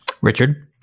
Richard